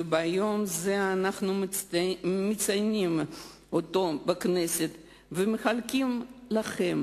וביום זה אנחנו מציינים אותו בכנסת ומחלקים לכם